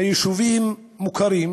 ביישובים מוכרים